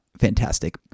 fantastic